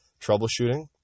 troubleshooting